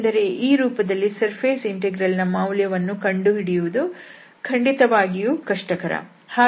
ಏಕೆಂದರೆ ಈ ರೂಪದಲ್ಲಿ ಸರ್ಫೇಸ್ ಇಂಟೆಗ್ರಲ್ ನ ಮೌಲ್ಯವನ್ನು ಕಂಡುಹಿಡಿಯುವುದು ಖಂಡಿತವಾಗಿಯೂ ಕಷ್ಟಕರ